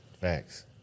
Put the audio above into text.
Facts